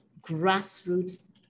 grassroots